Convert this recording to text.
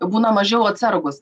būna mažiau atsargūs